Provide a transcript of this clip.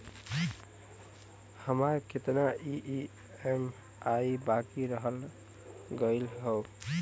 हमार कितना ई ई.एम.आई बाकी रह गइल हौ?